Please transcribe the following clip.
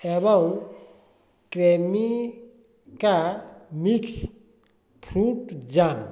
ଏବଂ Cremica mix fruit jam